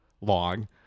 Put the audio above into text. long